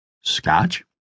Scotch